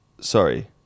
Sorry